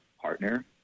partner